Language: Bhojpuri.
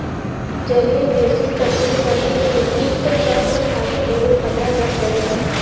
जलीय कृषि तटीय परिस्थितिक तंत्र खातिर एगो खतरा बन गईल बा